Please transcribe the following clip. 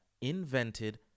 invented